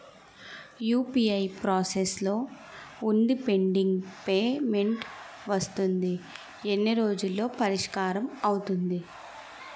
UPI process లో వుందిపెండింగ్ payment వస్తుంది ఎన్ని రోజుల్లో పరిష్కారం అవుతుంది